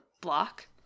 block